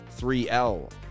3L